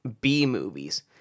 B-movies